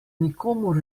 nikomur